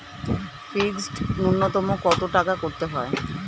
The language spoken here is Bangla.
ফিক্সড নুন্যতম কত টাকা করতে হবে?